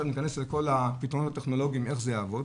לא ניכנס עכשיו לכל הפתרונות הטכנולוגיים איך זה יעבוד,